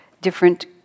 different